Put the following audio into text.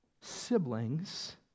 siblings